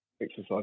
exercise